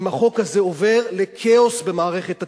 אם החוק הזה עובר, לכאוס במערכת התכנון.